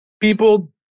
people